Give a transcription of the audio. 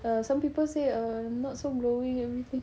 err some people say err not so glowing everything